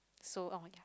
so orh